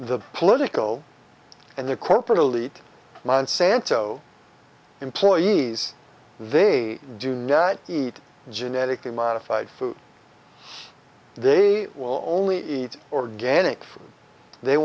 the political and the corporate elite monsanto employees they do not eat genetically modified food they will only eat organic